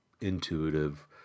intuitive